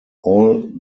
all